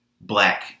black